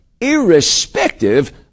irrespective